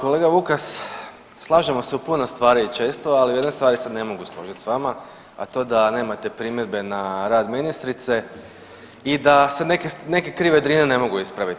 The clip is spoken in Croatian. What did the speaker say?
A kolega Vukas slažemo se u puno stvari i često, ali u jednoj stvari se ne mogu složiti s vama, a to da nemate primjedbe na rad ministrice i da se neke krive Drine ne mogu ispraviti.